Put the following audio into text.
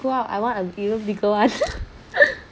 grow up I want a beautiful gown